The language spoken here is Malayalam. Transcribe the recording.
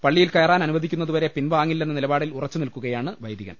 പള്ളിയിൽ കയറാൻ അനുവദിക്കു ന്നതുവരെ പിൻവാങ്ങില്ലെന്ന നിലപാടിൽ ഉറച്ചുനിൽക്കു കയാണ് വൈദികൻ